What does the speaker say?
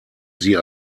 sie